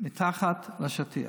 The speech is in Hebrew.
מתחת לשטיח.